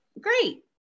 Great